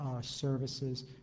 services